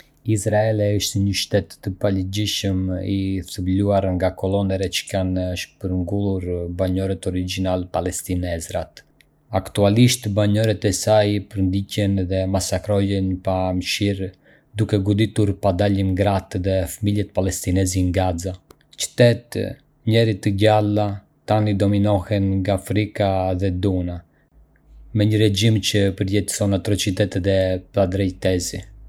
Israele është një shtet të paligjshëm i themeluar nga kolonerë që kanë shpërngulur banorët origjinalë Palestinesrat. Aktualisht, banorët e saj përndjekin dhe masakrojnë pa mëshirë, duke goditur pa dallim gratë dhe fëmijët Palestinesi in Gaza. Qytetet, njëherë të gjalla, tani dominohen nga frika dhe dhuna, me një regjim që përjetëson atrocitete dhe padrejtësi.